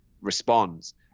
responds